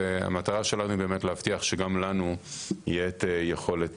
והמטרה שלנו היא להבטיח שגם לנו תהיה יכולת